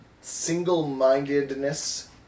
single-mindedness